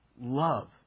love